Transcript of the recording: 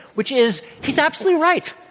which is, he's absolutely right.